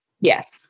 Yes